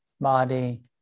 body